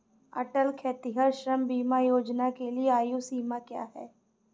अटल खेतिहर श्रम बीमा योजना के लिए आयु सीमा क्या है?